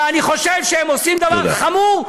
ואני חושב שהם עושים דבר חמור,